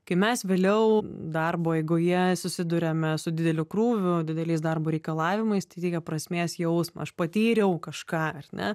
kai mes vėliau darbo eigoje susiduriame su dideliu krūviu dideliais darbo reikalavimais tai teikia prasmės jausmą aš patyriau kažką ar ne